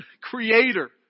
creator